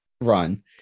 run